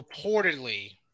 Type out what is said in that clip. reportedly